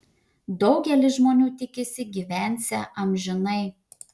daugelis žmonių tikisi gyvensią amžinai